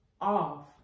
off